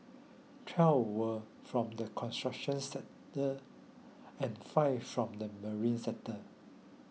twelve were from the construction sector and five from the marine sector